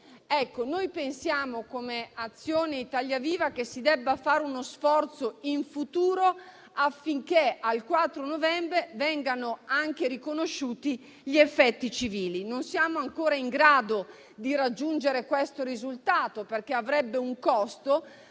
Noi pensiamo, come Azione-ItaliaViva, che si debba fare uno sforzo in futuro affinché al 4 novembre vengano riconosciuti anche gli effetti civili. Non siamo ancora in grado di raggiungere questo risultato, perché avrebbe un costo,